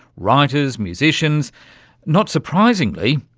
writers, musicians not surprisingly,